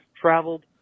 traveled